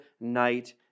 night